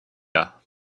here